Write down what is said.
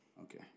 Okay